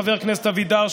חבר הכנסת אבידר,